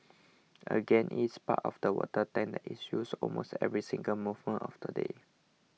again it is part of the water tank is used almost every single moment of the day